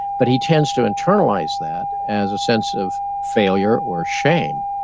but he tends to internalize that as a sense of failure or shame,